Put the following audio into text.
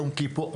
יום כיפור,